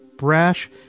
brash